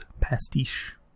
pastiche